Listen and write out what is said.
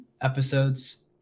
episodes